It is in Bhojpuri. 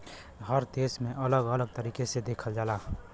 हर देश में अलग अलग तरीके से देखल जाला